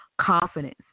confidence